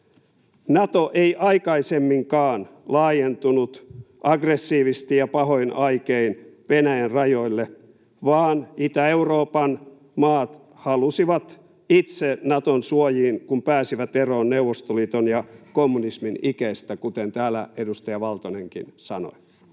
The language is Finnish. Nato ei aikaisemminkaan laajentunut aggressiivisesti ja pahoin aikein Venäjän rajoille, vaan Itä-Euroopan maat halusivat itse Naton suojiin, kun pääsivät eroon Neuvostoliiton ja kommunismin ikeestä, kuten täällä edustaja Valtonenkin sanoi.